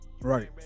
Right